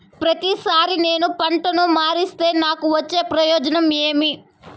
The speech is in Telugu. ప్రతిసారి నేను పంటను మారిస్తే నాకు వచ్చే ప్రయోజనం ఏమి?